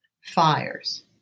fires